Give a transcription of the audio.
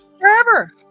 Forever